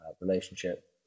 relationship